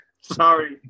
Sorry